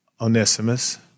Onesimus